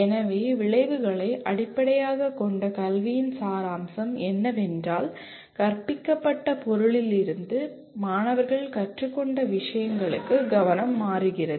எனவே விளைவுகளை அடிப்படையாகக் கொண்ட கல்வியின் சாராம்சம் என்னவென்றால் கற்பிக்கப்பட்ட பொருளிலிருந்து மாணவர்கள் கற்றுக்கொண்ட விஷயங்களுக்கு கவனம் மாறுகிறது